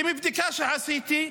כי מבדיקה שעשיתי,